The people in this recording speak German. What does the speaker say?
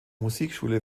musikschule